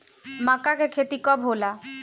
मक्का के खेती कब होला?